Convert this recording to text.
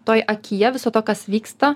toj akyje viso to kas vyksta